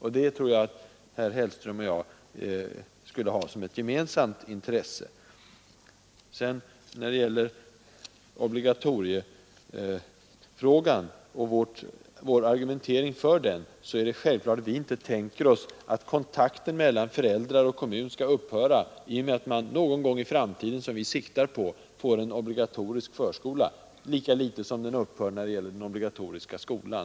Det tror jag att herr Hellström och jag har som ett gemensamt intresse. När det sedan gäller vår argumentering för ett obligatorium, är det självklart att vi inte tänker oss att kontakten mellan föräldrar och kommun skall upphöra när vi någon gång i framtiden — som vi siktar till — får en obligatorisk förskola lika litet som den upphör när barnet börjar i den obligatoriska skolan.